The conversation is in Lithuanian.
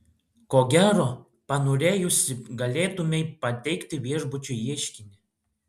ko gero panorėjusi galėtumei pateikti viešbučiui ieškinį